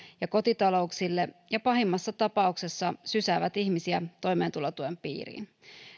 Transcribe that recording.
ja kotitalouksille ja pahimmassa tapauksessa sysäävät ihmisiä toimeentulotuen piiriin